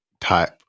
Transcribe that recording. type